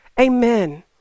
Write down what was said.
Amen